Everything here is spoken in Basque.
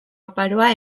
oparoa